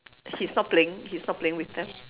he's not playing he's not playing with them